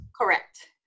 Correct